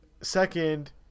Second